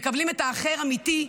מקבלים את האחר אמיתי,